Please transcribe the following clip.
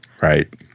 Right